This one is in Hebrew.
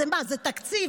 מה, זה תקציב